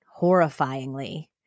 horrifyingly